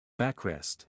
Backrest